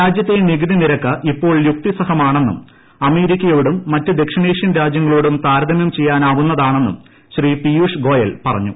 രാജ്യത്തെ നികുതി നിരക്ക് ഇപ്പോൾ യുക്തിസഹമാണെന്നും അമേരിക്കയോടും മറ്റ് ദക്ഷിണേഷ്യൻ രാജ്യങ്ങളോടും താരതമ്യം ചെയ്യാനാവുന്നതാണെന്നും ശ്രീ പീയൂഷ് ഗോയൽ പറഞ്ഞു